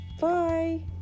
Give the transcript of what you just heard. Bye